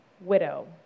widow